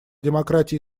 демократии